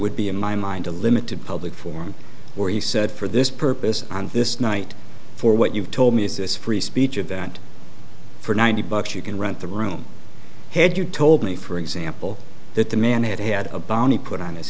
would be in my mind a limited public forum where he said for this purpose and this night for what you've told me is this free speech of that for ninety bucks you can rent the room had you told me for example that the man had had a bounty put on his